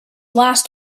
last